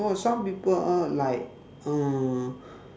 oh some people uh like